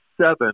seven